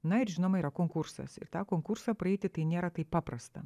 na ir žinoma yra konkursas ir tą konkursą praeiti tai nėra taip paprasta